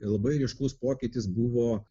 labai ryškus pokytis buvo